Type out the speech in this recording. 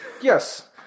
yes